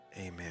amen